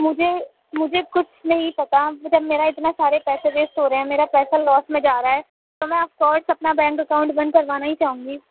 مجھے مجھے کچھ نہیں پتا جب میرا اتنا سارے پیسے ویسٹ ہو رہے ہیں میرا پیسہ لاس میں جا رہا ہے تو میں آفکورس اپنا بینک اکاؤنٹ بند کروانا ہی چاہوں گی